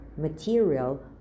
material